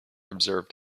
observed